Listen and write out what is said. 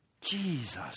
Jesus